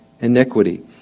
iniquity